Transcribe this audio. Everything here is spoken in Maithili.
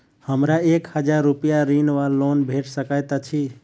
हमरा एक हजार रूपया ऋण वा लोन भेट सकैत अछि?